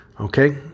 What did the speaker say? Okay